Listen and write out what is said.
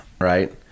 right